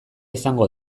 izango